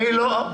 עדיין לא קבעת.